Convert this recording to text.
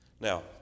Now